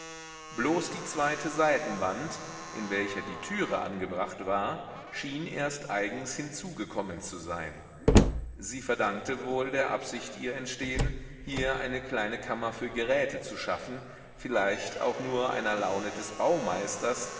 bloß die zweite seitenwand in welcher die türe angebracht war schien erst eigens hinzugekommen zu sein sie verdankte wohl der absicht ihr entstehen hier eine kleine kammer für geräte zu schaffen vielleicht auch nur einer laune des baumeisters